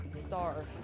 starve